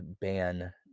ban